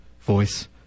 voice